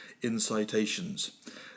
Incitations